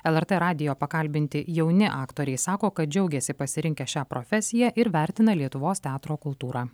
lrt radijo pakalbinti jauni aktoriai sako kad džiaugiasi pasirinkę šią profesiją ir vertina lietuvos teatro kultūrą